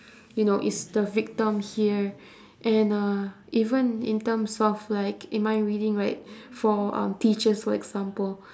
you know is the victim here and uh even in terms of like in mind reading right for um teachers for example